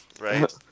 right